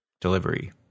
delivery